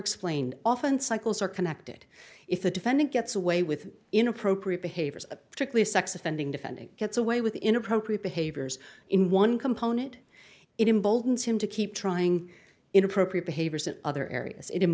explained often cycles are connected if the defendant gets away with inappropriate behaviors a particular sex offending defending gets away with inappropriate behaviors in one component it emboldens him to keep trying inappropriate behaviors in other areas i